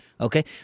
okay